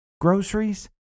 groceries